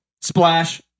Splash